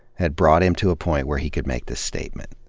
had brought him to a point where he could make this statement.